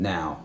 Now